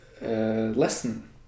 lesson